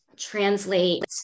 Translate